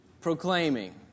proclaiming